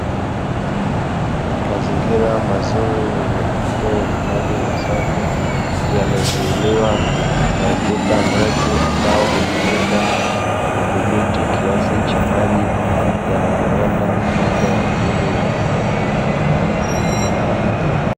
Mazingira mazuri yenye mto wenye maji masafi, Yaliyozuiliwa na ukuta mrefu ambao hutumika kudhibiti kiasi cha maji yanayoenda upande wa pili wa mto huo.